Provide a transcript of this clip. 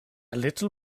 little